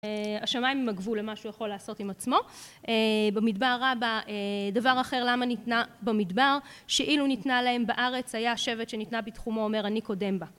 השמיים הם הגבול למה שהוא יכול לעשות עם עצמו, במדבר רבה דבר אחר למה ניתנה במדבר שאילו ניתנה להם בארץ היה שבט שניתנה בתחומו אומר אני קודם בה